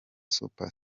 super